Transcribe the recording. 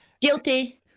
Guilty